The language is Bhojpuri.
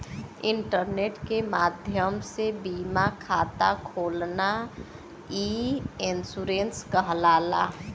इंटरनेट के माध्यम से बीमा खाता खोलना ई इन्शुरन्स कहलाला